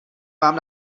vám